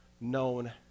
known